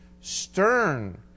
stern